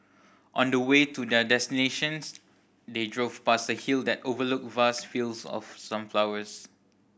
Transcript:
on the way to their destinations they drove past a hill that overlooked vast fields of sunflowers